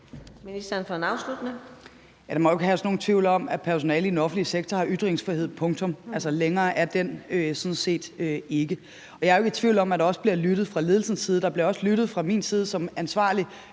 sundhedsministeren (Sophie Løhde): Der må jo ikke herske nogen tvivl om, at personalet i den offentlige sektor har ytringsfrihed. Punktum. Længere er den sådan set ikke. Jeg er jo ikke i tvivl om, at der også bliver lyttet fra ledelsens side. Der bliver også lyttet fra min side som ansvarlig